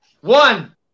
one